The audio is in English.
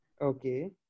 Okay